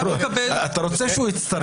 אתה רוצה שהוא יצטרף.